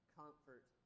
comfort